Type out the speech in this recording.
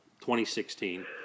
2016